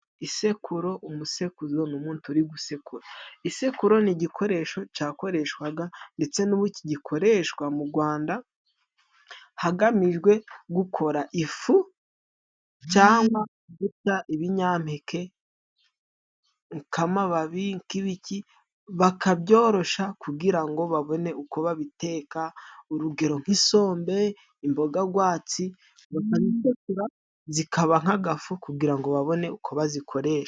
Isekuru, umusekuzo n'umuntu uri gusekura, isekuro ni igikoresho cakoreshwaga, ndetse n'ubu kigikoreshwa mu Rwanda, hagamijwe gukora ifu cyangwa guta ibinyampeke, nk'amababi nk'ibiti, bakabyorosha kugira ngo babone uko babiteka, urugero nk'isombe, imboga gwatsi, bakabisekura, zikaba nk'agafu, kugira ngo babone uko bazikoresha.